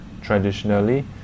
traditionally